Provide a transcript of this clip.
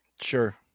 Sure